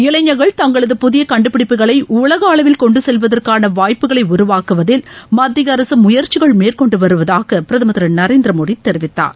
இளைஞர்கள் தங்களது புதிய கண்டுபிடிப்புகளை உலக அளவில் கொண்டு செல்வதற்கான வாய்ப்புகளை உருவாக்குவதில் மத்திய அரசு முயற்சிகள் மேற்கொண்டு வருவதாக பிரதமர் திரு நரேந்திரமோடி தெரிவித்தார்